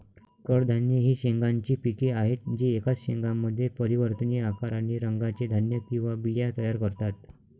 कडधान्ये ही शेंगांची पिके आहेत जी एकाच शेंगामध्ये परिवर्तनीय आकार आणि रंगाचे धान्य किंवा बिया तयार करतात